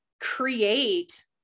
create